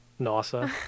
Nasa